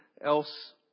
else